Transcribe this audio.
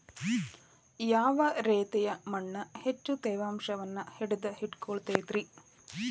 ಯಾವ ರೇತಿಯ ಮಣ್ಣ ಹೆಚ್ಚು ತೇವಾಂಶವನ್ನ ಹಿಡಿದಿಟ್ಟುಕೊಳ್ಳತೈತ್ರಿ?